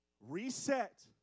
Reset